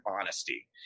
honesty